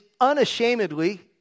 unashamedly